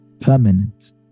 permanent